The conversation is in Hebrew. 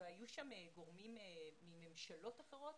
היו שם גורמים מממשלות אחרות?